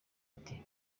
ati